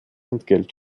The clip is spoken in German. entgelt